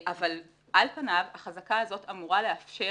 אבל על פניו, החזקה הזאת אמורה לאפשר